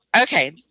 Okay